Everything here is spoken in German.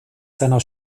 seiner